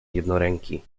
jednoręki